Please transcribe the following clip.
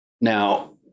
Now